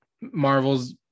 Marvel's